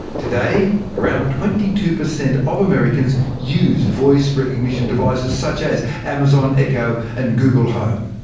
today, around twenty two per cent of americans use voice recognition devices such as amazon echo and google home.